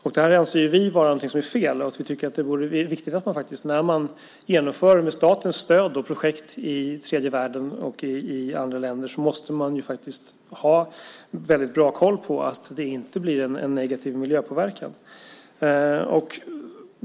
Vi anser att detta är fel, och vi tycker att det är viktigt att man när man genomför projekt i tredje världen och i andra länder med statens stöd har mycket bra koll på att det inte blir en negativ miljöpåverkan.